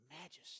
majesty